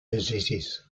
diseases